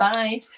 Bye